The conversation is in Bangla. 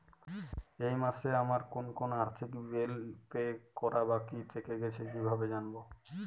এই মাসে আমার কোন কোন আর্থিক বিল পে করা বাকী থেকে গেছে কীভাবে জানব?